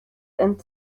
and